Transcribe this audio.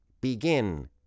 Begin